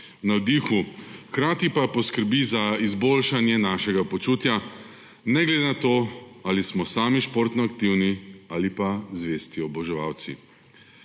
navdihu, hkrati pa poskrbi za izboljšanje našega počutja ne glede na to, ali smo sami športno aktivni ali pa zvesti oboževalci.